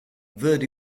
verdi